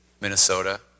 Minnesota